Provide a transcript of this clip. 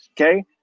Okay